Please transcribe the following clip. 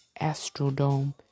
Astrodome